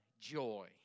joy